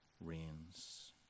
rains